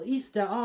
Easter